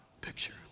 picture